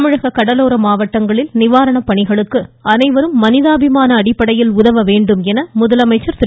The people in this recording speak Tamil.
தமிழக கடலோர மாவட்டங்களில் நிவாரணப் பணிகளுக்கு அனைவரும் மனிதாபிமான அடிப்படையில் உதவ வேண்டுமென முதலமைச்சர் திரு